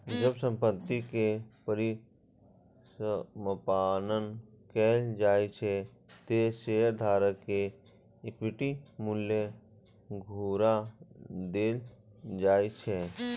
जब संपत्ति के परिसमापन कैल जाइ छै, ते शेयरधारक कें इक्विटी मूल्य घुरा देल जाइ छै